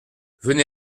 venez